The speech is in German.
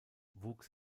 wuchs